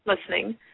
listening